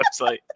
website